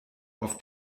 auf